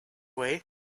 way